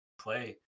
play